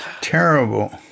terrible